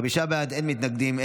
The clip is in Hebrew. הודעת ועדת הכספים על